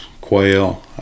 quail